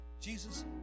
Jesus